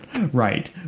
Right